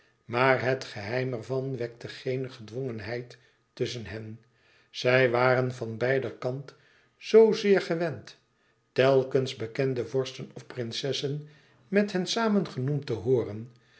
maar het geheim ervan wekte geene gedwongenheid tusschen hen zij waren van beider kant zoozeer gewend telkens bekende vorsten of prinsessen met hen samen genoemd te hooren